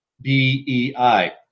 B-E-I